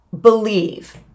believe